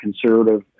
conservative